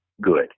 good